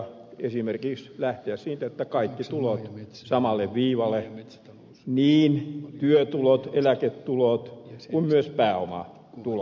pitäisi esimerkiksi lähteä siitä että kaikki tulot samalle viivalle niin työtulot eläketulot kuin myös pääomatulot